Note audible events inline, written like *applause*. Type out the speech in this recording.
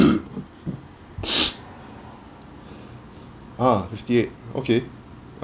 *coughs* *breath* uh fifty eight okay